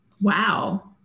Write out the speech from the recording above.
Wow